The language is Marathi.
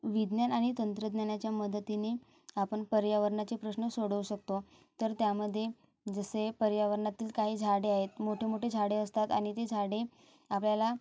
विज्ञान आणि तंत्रज्ञानाच्या मदतीने आपण पर्यावरणाचे प्रश्न सोडवू शकतो तर त्यामध्ये जसे पर्यावरणातील काही झाडे आहेत मोठे मोठे झाडे असतात आणि ती झाडे आपल्याला